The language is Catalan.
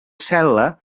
cel·la